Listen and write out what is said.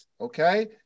okay